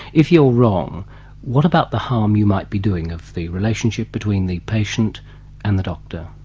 if you're wrong what about the harm you might be doing of the relationship between the patient and the doctor?